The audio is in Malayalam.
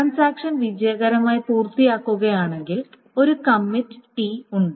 ട്രാൻസാക്ഷൻ വിജയകരമായി പൂർത്തിയാക്കുകയാണെങ്കിൽ ഒരു കമ്മിറ്റ് ടി ഉണ്ട്